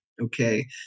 Okay